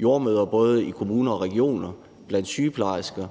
jordemødre og sygeplejersker i både kommuner og regioner, blandt de faggrupper,